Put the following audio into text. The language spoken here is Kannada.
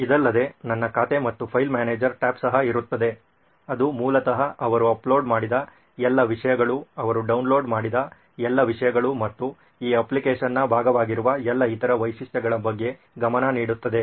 ಇದಲ್ಲದೆ ನನ್ನ ಖಾತೆ ಮತ್ತು ಫೈಲ್ ಮ್ಯಾನೇಜರ್ ಟ್ಯಾಬ್ ಸಹ ಇರುತ್ತದೆ ಅದು ಮೂಲತಃ ಅವರು ಅಪ್ಲೋಡ್ ಮಾಡಿದ ಎಲ್ಲಾ ವಿಷಯಗಳು ಅವರು ಡೌನ್ಲೋಡ್ ಮಾಡಿದ ಎಲ್ಲಾ ವಿಷಯಗಳು ಮತ್ತು ಈ ಅಪ್ಲಿಕೇಶನ್ನ ಭಾಗವಾಗಿರುವ ಎಲ್ಲಾ ಇತರ ವೈಶಿಷ್ಟ್ಯಗಳ ಬಗ್ಗೆ ಗಮನ ನೀಡುತ್ತದೆ